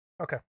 Okay